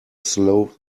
slow